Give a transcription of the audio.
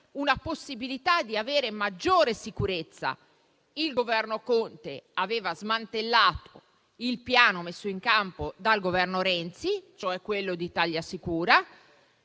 la possibilità di avere maggiore sicurezza. Il Governo Conte aveva smantellato il piano messo in campo dal Governo Renzi, cioè quello di Italia Sicura.